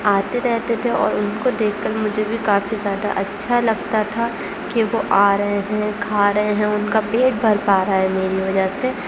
آتے رہتے تھے اور ان کو دیکھ کر مجھے بھی کافی زیادہ اچھا لگتا تھا کہ وہ آ رہے ہیں کھا رہے ہیں ان کا پیٹ بھر پا رہا ہے میری وجہ سے